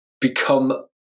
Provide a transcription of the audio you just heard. become